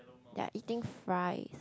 ya eating fries